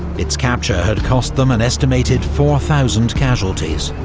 its capture had cost them an estimated four thousand casualties,